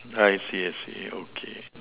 I see I see okay